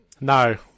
No